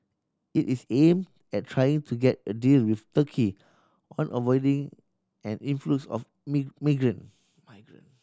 it is aimed at trying to get a deal with Turkey on avoiding an influx of me migrant